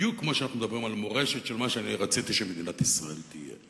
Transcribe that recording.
בדיוק כמו שאנחנו מדברים על מורשת של מה שאני רציתי שמדינת ישראל תהיה.